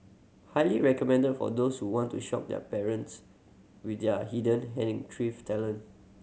highly recommended for those who want to shock their partners with their hidden talent